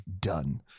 done